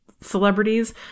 celebrities